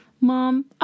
mom